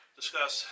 discuss